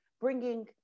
bringing